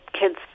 kids